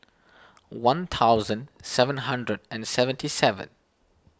one thousand seven hundred and seventy seven